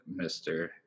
Mr